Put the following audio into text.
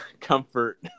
comfort